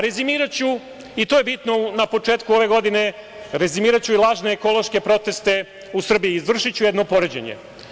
Rezimiriću, i to je bitno na početku ove godine, rezimiraću i lažne ekološke proteste, izvršiću jedno poređenje.